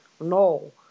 no